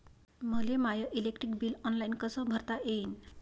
मले my electric bill online कस भरता येईन?